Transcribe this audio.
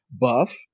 buff